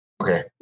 Okay